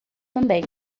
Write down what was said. também